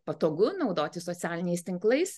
patogu naudotis socialiniais tinklais